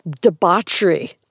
debauchery